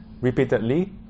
repeatedly